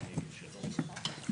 לכולם.